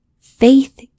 faith